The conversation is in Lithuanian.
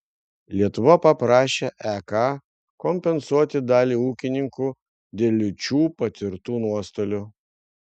lietuva prašė ek kompensuoti dalį ūkininkų dėl liūčių patirtų nuostolių